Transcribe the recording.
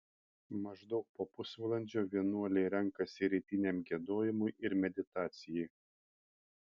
maždaug po pusvalandžio vienuoliai renkasi rytiniam giedojimui ir meditacijai